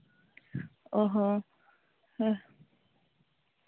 ᱚ ᱦᱚᱸ ᱦᱮᱸ